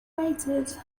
waited